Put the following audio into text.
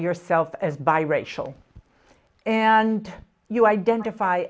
yourself as biracial and you identify